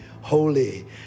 holy